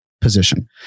position